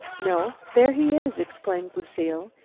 no, there he is! exclaimed lucile.